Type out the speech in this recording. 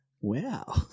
wow